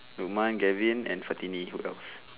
lukman galvin and fatini who else